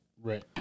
right